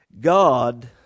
God